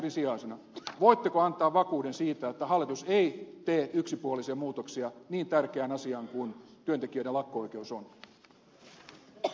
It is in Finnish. voitteko antaa vakuuden siitä että hallitus ei tee yksipuolisia muutoksia niin tärkeään asiaan kuin työntekijöiden lakko oikeus on